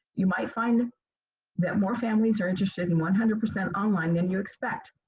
you might find that more families are interested in one hundred percent online than you expect.